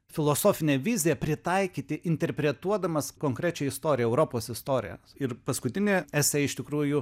filosofinę viziją pritaikyti interpretuodamas konkrečią istoriją europos istoriją ir paskutinė esė iš tikrųjų